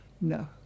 No